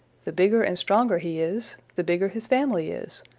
the bigger and stronger he is, the bigger his family is,